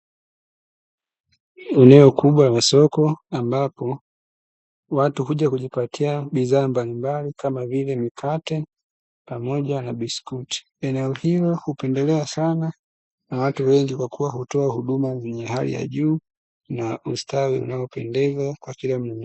Eneo kubwa la soko ambako watu huja kujipatia bidhaa mbalimbali kama vile mkate pamoja na biskuti. Eneo hilo hupendelewa sana na watu wengi kwa kuwa, hutoa huduma yenye hali ya juu na ustawi unaopendeza.